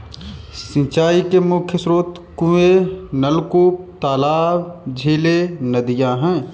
सिंचाई के मुख्य स्रोत कुएँ, नलकूप, तालाब, झीलें, नदियाँ हैं